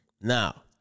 Now